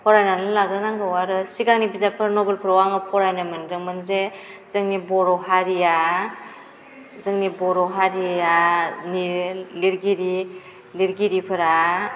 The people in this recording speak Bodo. फरायनानै लाग्रोनांगौ आरो सिगांनि बिजाबफोर नबेलफोराव आङो फरायनो मोनदोंमोन जे जोंनि बर' हारिया जोंनि बर' हारियानि लिरगिरि लिरगिरिफोरा